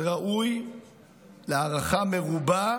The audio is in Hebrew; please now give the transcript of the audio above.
זה ראוי להערכה מרובה